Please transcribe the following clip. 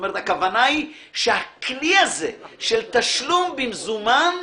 הכוונה היא שהכלי הזה של תשלום במזומן אפשרי.